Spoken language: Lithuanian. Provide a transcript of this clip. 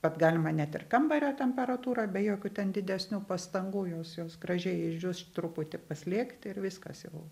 vat galima net ir kambario temperatūroj be jokių ten didesnių pastangų jos jos gražiai išdžius truputį paslėgt ir viskas jau